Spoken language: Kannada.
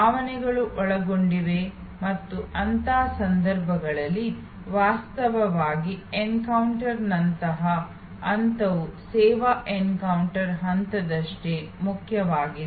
ಭಾವನೆಗಳು ಒಳಗೊಂಡಿವೆ ಮತ್ತು ಅಂತಹ ಸಂದರ್ಭಗಳಲ್ಲಿ ವಾಸ್ತವವಾಗಿ ಎನ್ಕೌಂಟರ್ ನಂತರದ ಹಂತವು ಸೇವಾ ಎನ್ಕೌಂಟರ್ ಹಂತದಷ್ಟೇ ಮುಖ್ಯವಾಗಿದೆ